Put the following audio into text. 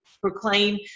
proclaim